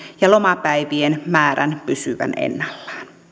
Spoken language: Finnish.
ja lomapäivien määrän pysyvän ennallaan